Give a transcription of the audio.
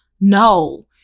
no